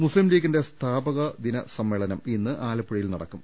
മുസ്ലിം ലീഗിന്റെ സ്ഥാപക ദിനസമ്മേളനം ഇന്ന് ആലപ്പുഴയിൽ നടക്കും